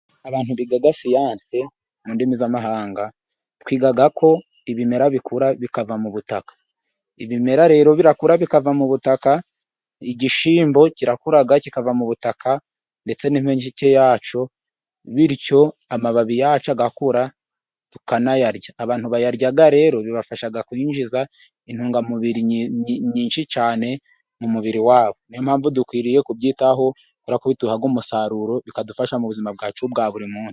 Abantu biga siyansi mu ndimi z'amahanga twiga ko ibimera bikura bikava mu butaka. Ibimera rero birakura bikava mu butaka. Igishyimbo kirakura kikava mu butaka ndetse n'impeke yacyo. Bityo amababi yacu agakura tukanayarya. Abantu bayarya rero bibafasha kwinjiza intungamubiri nyinshi cyane mu mubiri wabo. Niyo mpamvu dukwiriye kubyitaho duhabwa umusaruro bikadufasha mu buzima bwacu bwa buri munsi.